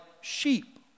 sheep